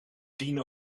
tien